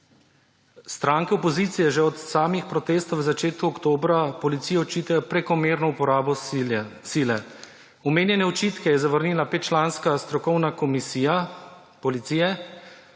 Stranke opozicije že od samih protestov v začetku oktobra policiji očitajo prekomerno uporabo sile. Omenjene očitke je zavrnila petčlanska strokovna komisija policije.